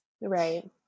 right